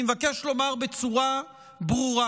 אני מבקש לומר בצורה ברורה: